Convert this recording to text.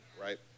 right